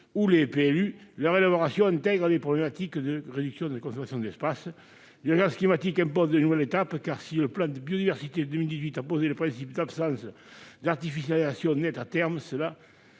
ou des PLU intègre les problématiques de réduction de consommation de l'espace. L'urgence climatique impose une nouvelle étape, car si le plan de biodiversité de 2018 a posé le principe d'absence d'artificialisation nette à terme, celui-ci